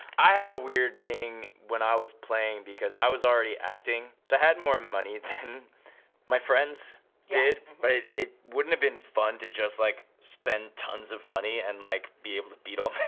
i had a weird thing when i was playing because i was already acting, so i had more money than my friends did, but it wouldn't have been fun to just like spend tons of money and like be able to beat all